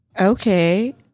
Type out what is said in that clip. okay